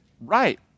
Right